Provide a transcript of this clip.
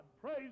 Praise